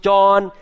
John